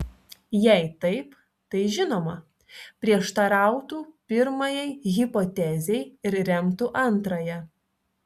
jei taip tai žinoma prieštarautų pirmajai hipotezei ir remtų antrąją